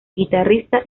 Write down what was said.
guitarrista